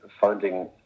finding